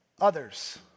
others